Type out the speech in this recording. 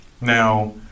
Now